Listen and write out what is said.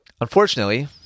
unfortunately